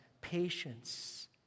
patience